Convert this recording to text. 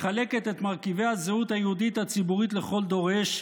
מחלקת את מרכיבי הזהות היהודית הציבורית לכל דורש,